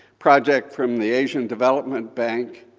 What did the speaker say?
project from the asian development bank,